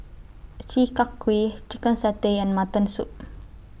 Chi Kak Kuih Chicken Satay and Mutton Soup